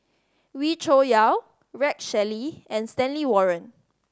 Wee Cho Yaw Rex Shelley and Stanley Warren